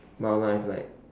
wildlife like